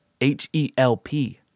H-E-L-P